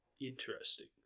Interesting